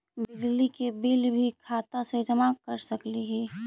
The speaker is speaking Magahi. बिजली के बिल भी खाता से जमा कर सकली ही?